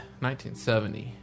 1970